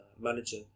manager